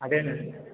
ಅದೇ